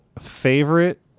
favorite